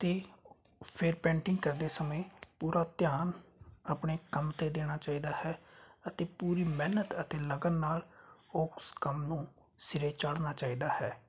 ਅਤੇ ਫਿਰ ਪੇਂਟਿੰਗ ਕਰਦੇ ਸਮੇਂ ਪੂਰਾ ਧਿਆਨ ਆਪਣੇ ਕੰਮ 'ਤੇ ਦੇਣਾ ਚਾਹੀਦਾ ਹੈ ਅਤੇ ਪੂਰੀ ਮਿਹਨਤ ਅਤੇ ਲਗਨ ਨਾਲ ਉਸ ਕੰਮ ਨੂੰ ਸਿਰੇ ਚਾੜ੍ਹਨਾ ਚਾਹੀਦਾ ਹੈ